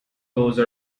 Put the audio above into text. those